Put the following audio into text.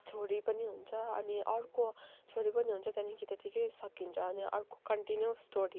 छोरी पनि हुन्छ अनि अर्को छोरी पनि हुन्छ त्यहाँदेखि त्यत्तिकै सकिन्छ अनि अर्को कन्टिन्यू स्टोरीमा चाहिँ